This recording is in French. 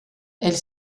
elle